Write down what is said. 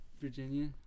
Virginia